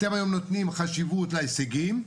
אתם היום נותנים חשיבות להישגים,